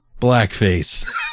blackface